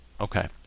Okay